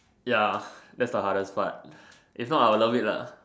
ya that's the hardest part if not I'll love it lah